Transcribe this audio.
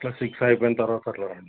ఇట్లా సిక్స్ అయిపోయిన తర్వాత అట్లా రాండి